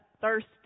thirsty